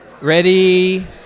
Ready